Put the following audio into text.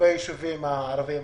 בישובים הערבים.